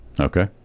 okay